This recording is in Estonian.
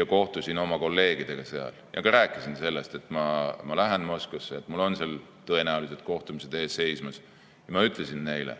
ja kohtusin seal oma kolleegidega ning rääkisin sellest, et ma lähen Moskvasse, mul on seal tõenäoliselt kohtumised ees. Ma ütlesin neile,